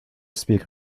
speak